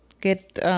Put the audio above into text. Get